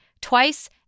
TWICE